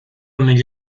negli